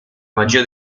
magia